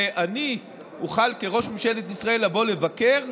ואני אוכל כראש ממשלת ישראל לבוא לבקר,